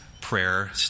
prayer